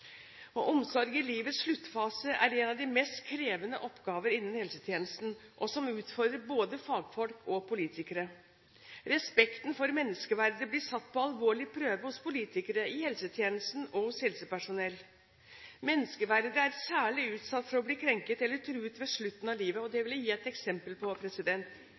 media. Omsorg i livets sluttfase er en av de mest krevende oppgaver innen helsetjenesten, som utfordrer både fagfolk og politikere. Respekten for menneskeverdet blir satt på alvorlig prøve hos politikere, i helsetjenesten og hos helsepersonell. Menneskeverdet er særlig utsatt for å bli krenket eller truet ved slutten av livet. Det vil jeg gi et eksempel på: